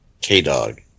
K-Dog